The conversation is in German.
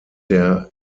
der